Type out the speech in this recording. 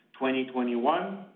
2021